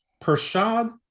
Pershad